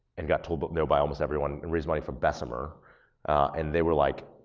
and got told but no by almost everyone, and raised money from bessemer and they were like,